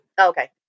Okay